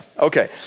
Okay